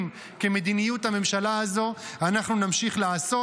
כמדיניות הממשלה הזו אנחנו נמשיך לעשות,